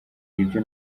ibyo